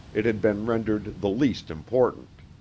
it had been rendered the least important.